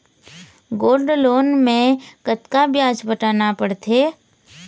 Gold loan मे कतका ब्याज पटाना पड़थे?